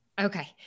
okay